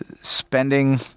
spending